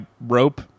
rope